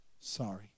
sorry